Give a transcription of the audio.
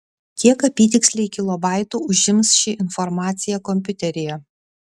kiek apytiksliai kilobaitų užims ši informacija kompiuteryje